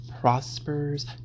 prospers